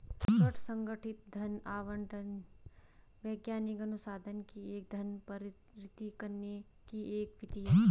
स्व संगठित धन आवंटन वैज्ञानिक अनुसंधान के लिए धन वितरित करने की एक विधि है